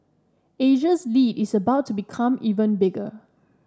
Asia's lead is about to become even bigger